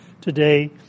today